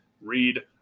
read